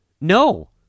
No